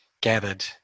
gathered